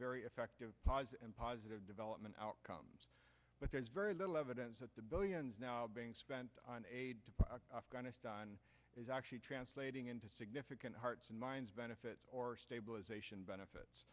very effective pas and positive development outcomes but there's very little evidence that the billions now being spent on aid to afghanistan is actually translating into significant hearts and minds benefits or stabilization benefits